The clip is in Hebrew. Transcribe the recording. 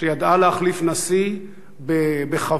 שידעה להחליף נשיא בכבוד,